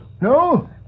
No